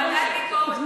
ועדת הכנסת.